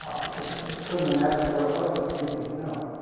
ah because i just couldn't imagine what it was that i needed to know.